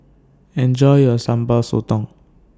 Enjoy your Sambal Sotong